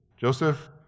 Joseph